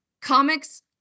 Comics